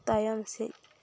ᱛᱟᱭᱚᱢ ᱥᱮᱫ